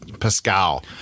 Pascal